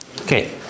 Okay